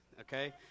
okay